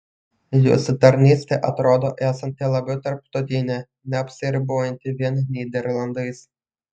jūsų tarnystė atrodo esanti labiau tarptautinė neapsiribojanti vien nyderlandais